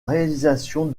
réalisation